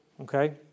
okay